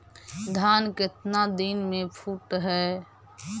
धान केतना दिन में फुट है?